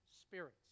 spirits